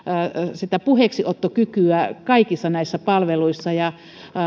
puheeksiottokykyä kaikissa näissä palveluissa